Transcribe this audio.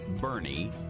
Bernie